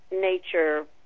nature